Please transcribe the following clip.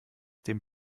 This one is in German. dem